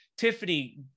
Tiffany